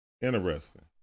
Interesting